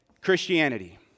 Christianity